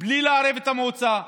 בלי לערב את המועצה,